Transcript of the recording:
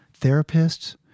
therapists